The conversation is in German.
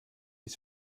ist